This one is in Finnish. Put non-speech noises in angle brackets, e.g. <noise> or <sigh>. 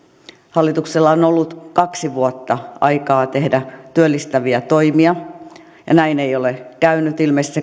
hallituksella on ollut kaksi vuotta aikaa tehdä työllistäviä toimia <unintelligible> ja näin ei ole käynyt ilmeisesti <unintelligible>